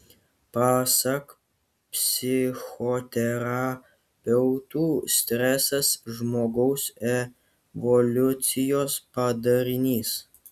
pasak psichoterapeutų stresas žmogaus evoliucijos padarinys